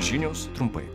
žinios trumpai